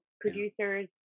producers